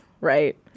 Right